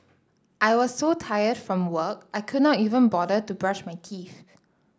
I was so tired from work I could not even bother to brush my teeth